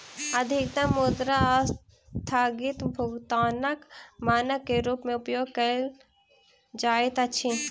अधिकतम मुद्रा अस्थगित भुगतानक मानक के रूप में उपयोग कयल जाइत अछि